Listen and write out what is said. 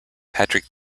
patrick